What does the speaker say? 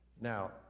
Now